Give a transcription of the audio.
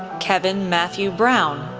kevin matthew brown,